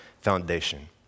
foundation